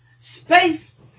space